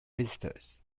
visitors